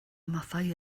mathau